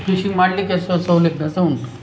fishing ಮಾಡಲಿಕ್ಕೆ ಸಹ ಸೌಲಭ್ಯ ಸಹ ಉಂಟು